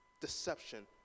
deception